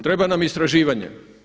Treba nam istraživanje.